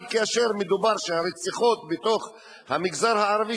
אבל כאשר הרציחות בתוך המגזר הערבי,